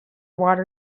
water